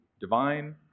Divine